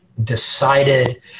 decided